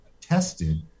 tested